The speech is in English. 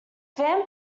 van